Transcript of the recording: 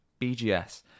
BGS